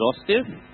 exhaustive